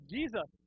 Jesus